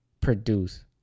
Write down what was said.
produce